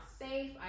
safe